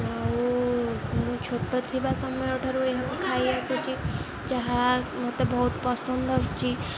ଆଉ ମୁଁ ଛୋଟ ଥିବା ସମୟ ଠାରୁ ଏହାକୁ ଖାଇ ଆସିୁଛି ଯାହା ମୋତେ ବହୁତ ପସନ୍ଦ ଆସୁଛି